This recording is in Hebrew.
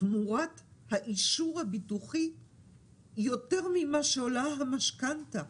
תמורת האישור הביטוחי יותר ממה שעולה המשכנתא.